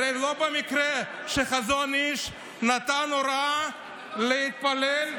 הרי לא במקרה החזון איש נתן הוראה להתפלל,